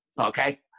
Okay